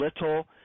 little